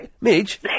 Midge